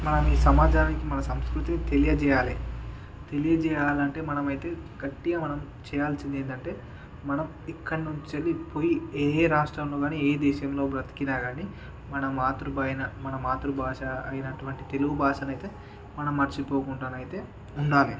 మనం ఈ సమాజానికి మన సంస్కృతిని తెలియజేయాలి తెలియజేయాలంటే మనమైతే గట్టిగా మనం చేయాల్సింది ఏందంటే మనం ఇక్కది నుంచి వెళ్ళి పోయి ఏ ఏ రాష్ట్రంలో కానీ ఏ దేశంలో బ్రతికిన కానీ మన మాతృబైన మాతృభాష అయినటువంటి తెలుగు భాషనయితే మనం మర్చిపోకుండా నైతే ఉండాలి